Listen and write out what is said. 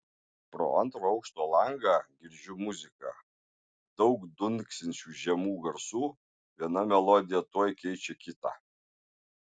pro antro aukšto langą girdžiu muziką daug dunksinčių žemų garsų viena melodija tuoj keičia kitą